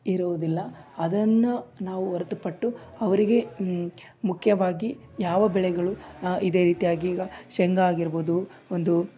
ಇರುವುದಿಲ್ಲ ಅದನ್ನು ನಾವು ಹೊರ್ತು ಪಟ್ಟು ಅವರಿಗೆ ಮುಖ್ಯವಾಗಿ ಯಾವ ಬೆಳೆಗಳು ಇದೇ ರೀತಿಯಾಗಿ ಈಗ ಶೇಂಗಾ ಆಗಿರ್ಬೋದು ಒಂದು